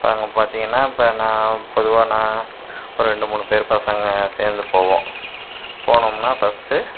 இப்போ அங்கே பார்த்திங்கனா இப்போ நான் பொதுவாக நான் ஒரு ரெண்டு மூணு பேர் பசங்க சேர்ந்து போவோம் போனோம்னால் ஃபஸ்ட்